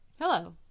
Hello